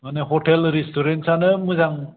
माने हटेल रेस्तुरेन्टफ्रानो मोजां